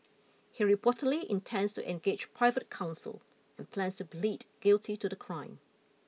he reportedly intends to engage private counsel and plans to plead guilty to the crime